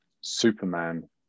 Superman